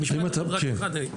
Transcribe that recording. אז רק דבר אחד,